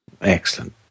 Excellent